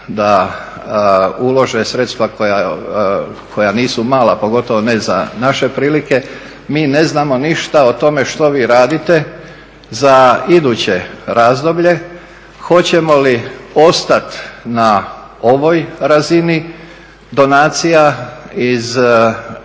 da ulože sredstva koja nisu mala pogotovo ne za naše prilike, mi ne znamo ništa o tome što vi radite za iduće razdoblje, hoćemo li ostati na ovoj razini donacija iz